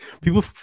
people